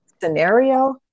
scenario